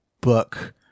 book